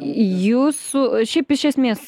jūsų šiaip iš esmės